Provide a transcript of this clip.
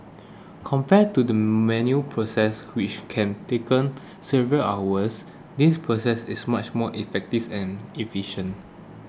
compared to the manual process which can take several hours this process is much more effectives and efficient